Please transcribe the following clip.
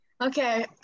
okay